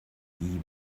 die